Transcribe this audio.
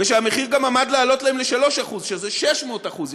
והמחיר גם עמד לעלות להם ל-3, שזה 600% יותר?